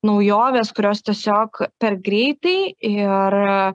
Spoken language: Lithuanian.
naujovės kurios tiesiog per greitai ir